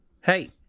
Hey